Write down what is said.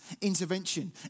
intervention